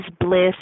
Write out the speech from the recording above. bliss